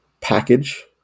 package